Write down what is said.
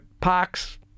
parks